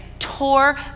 tore